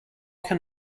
can